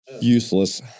useless